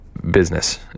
business